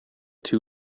too